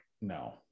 no